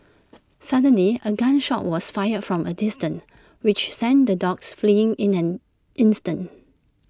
suddenly A gun shot was fired from A distance which sent the dogs fleeing in an instant